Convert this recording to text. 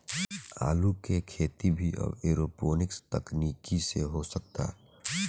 आलू के खेती भी अब एरोपोनिक्स तकनीकी से हो सकता